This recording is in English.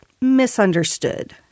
misunderstood